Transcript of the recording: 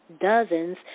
dozens